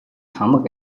хамаг